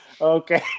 Okay